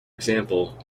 example